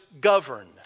govern